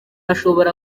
ashobora